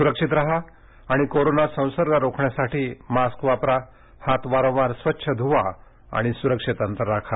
सुरक्षित राहा आणि कोरोना संसर्ग रोखण्यासाठी मारूक वापरा हात वारंवार स्वच्छ ध्वा आणि सु्रक्षित अंतर राखा